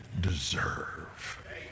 deserve